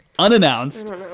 unannounced